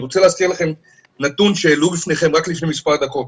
אני רוצה להזכיר לכם נתון שהעלו בפניכם רק לפני מספר דקות.